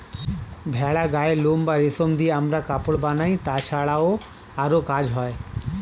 ভেড়ার গায়ের লোম বা রেশম দিয়ে আমরা কাপড় বানাই, তাছাড়াও আরো কাজ হয়